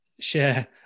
Share